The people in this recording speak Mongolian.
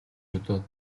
бодоод